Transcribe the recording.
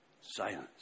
silence